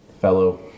fellow